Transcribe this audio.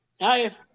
Hi